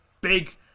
big